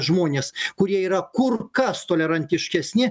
žmonės kurie yra kur kas tolerantiškesni